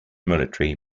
military